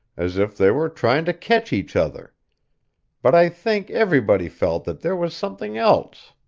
as if they were trying to catch each other but i think everybody felt that there was something else.